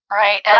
right